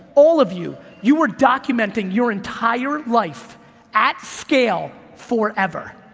all of you, you are documenting your entire life at scale forever.